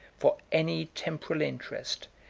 for any temporal interest,